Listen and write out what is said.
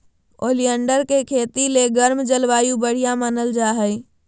oleander के खेती ले गर्म जलवायु बढ़िया मानल जा हय